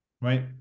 Right